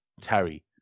Terry